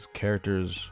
characters